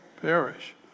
Perish